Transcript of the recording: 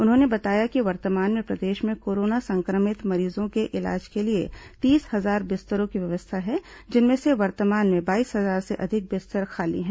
उन्होंने बताया कि वर्तमान में प्रदेश में कोरोना संक्रमित मरीजों के इलाज के लिए तीस हजार बिस्तरों की व्यवस्था है जिनमें से वर्तमान में बाईस हजार से अधिक बिस्तर खाली हैं